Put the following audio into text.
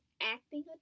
acting